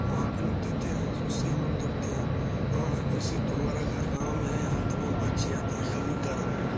वहाँ के लोग देते हैं तो उससे हमलोग देखते हैं और है वैसे तो हमारा घर गाँव में है यहाँ तमाम पक्षी आते हैं कबूतर है